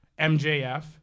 MJF